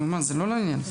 תמי.